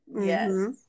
Yes